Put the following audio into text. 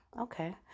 Okay